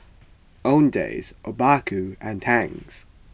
Owndays Obaku and Tangs